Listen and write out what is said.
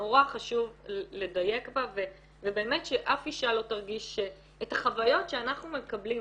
נורא חשוב לדייק בה ובאמת שאף אישה לא תרגיש את החוויות שאנחנו מקבלים.